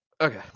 Okay